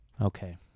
Okay